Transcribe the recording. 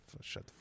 shut